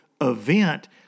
event